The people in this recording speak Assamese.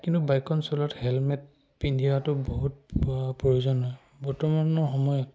কিন্তু বাইকখন চলোৱাত হেলমেট পিন্ধি অহাটো বহুত প্ৰয়োজন হয় বৰ্তমানৰ সময়ত